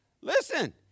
Listen